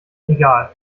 egal